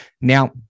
Now